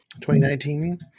2019